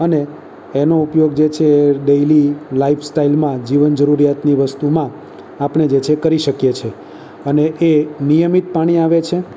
અને એનો ઉપયોગ જે છે તે ડેયલી લાઈફસ્ટલમાં જીવન જરૂરિયાતની વસ્તુઓમાં આપણે જે છે એ કરી શકીએ છીએ અને એ નિયમિત પાણી આવે છે